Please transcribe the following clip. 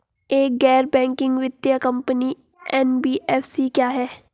एक गैर बैंकिंग वित्तीय कंपनी एन.बी.एफ.सी क्या है?